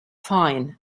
fine